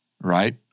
right